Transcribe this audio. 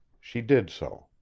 she did so.